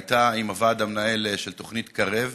הייתה עם הוועד המנהל של תוכנית קרֵב,